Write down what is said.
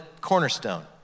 cornerstone